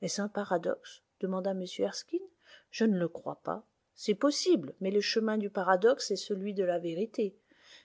est-ce un paradoxe demanda m erskine je ne le crois pas c'est possible mais le chemin du paradoxe est celui de la vérité